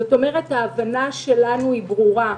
זאת אומרת, ההבנה שלנו ברורה,